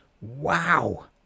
Wow